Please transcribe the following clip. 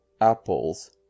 apples